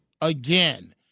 again